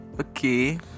okay